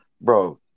Bro